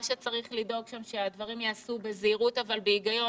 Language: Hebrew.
מה שצריך לדאוג הוא שהדברים ייעשו בזהירות אבל בהיגיון,